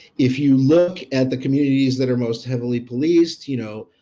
if you look at the communities that are most heavily policed you know,